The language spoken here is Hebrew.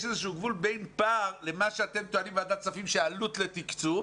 איזשהו גבול בין הפער למה שאתם טוענים בוועדת כספים שהעלות לתקצוב,